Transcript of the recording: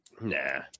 Nah